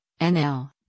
NL